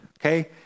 okay